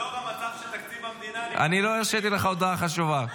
לאור המצב של תקציב המדינה --- אני לא הרשיתי לך הודעה חשובה.